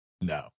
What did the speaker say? No